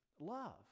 Love